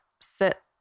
sit